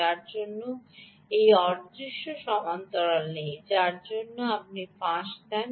যার জন্য এই অদৃশ্য সমান্তরাল নেই যার জন্য আপনি ফাঁস দেন